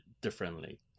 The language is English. differently